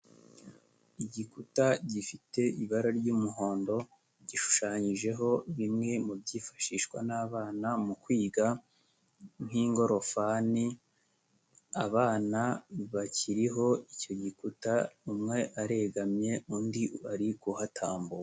Igikuta gifite ibara ry'umuhondo, gishushanyijeho bimwe mu byifashishwa n'abana mu kwiga nk'ingorofani, abana bakiriho icyo gikuta umwe aregamye undi ari kuhatambuka.